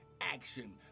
action